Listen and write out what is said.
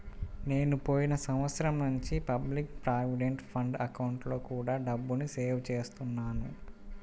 నేను పోయిన సంవత్సరం నుంచి పబ్లిక్ ప్రావిడెంట్ ఫండ్ అకౌంట్లో కూడా డబ్బుని సేవ్ చేస్తున్నాను